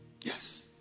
Yes